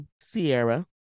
Sierra